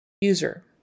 User